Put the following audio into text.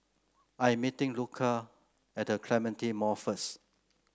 I am meeting Luca at The Clementi Mall first